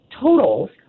totals